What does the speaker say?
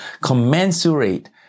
commensurate